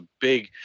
big